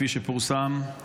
כפי שפורסם,